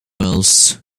wells